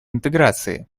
интеграции